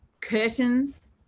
Curtains